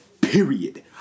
period